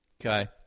okay